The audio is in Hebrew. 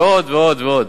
ועוד ועוד ועוד.